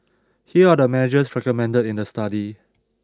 here are the measures recommended in the study